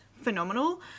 phenomenal